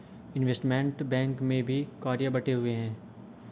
investment bank में भी कार्य बंटे हुए हैं